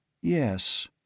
Yes